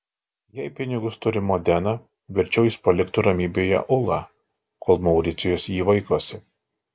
jei pinigus turi modena verčiau jis paliktų ramybėje ulą kol mauricijus jį vaikosi